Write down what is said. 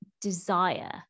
desire